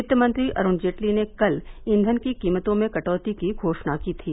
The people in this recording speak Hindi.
वित्त मंत्री अरुण जेटली ने कल ईघन की कीमतों में कटौती की घोषणा की थी